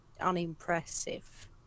unimpressive